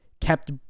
kept